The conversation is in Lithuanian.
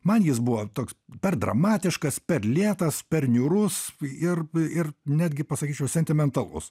man jis buvo toks per dramatiškas per lėtas per niūrus ir ir netgi pasakyčiau sentimentalus